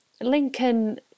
Lincoln